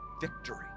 victory